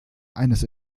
eines